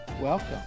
Welcome